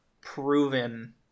proven